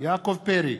יעקב פרי,